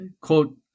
quote